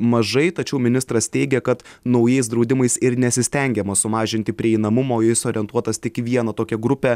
mažai tačiau ministras teigia kad naujais draudimais ir nesistengiama sumažinti prieinamumo jis orientuotas tik į vieną tokią grupę